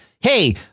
hey